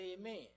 amen